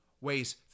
weighs